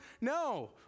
No